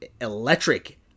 electric